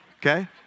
okay